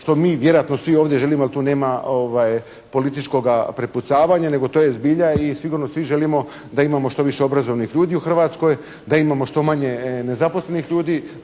što mi vjerojatno svi ovdje želimo, da tu nema političkog prepucavanja nego to je zbilja i sigurno svi želimo da imamo što više obrazovnih ljudi u Hrvatskoj, da imamo što manje nezaposlenih ljudi,